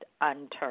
unturned